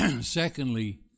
Secondly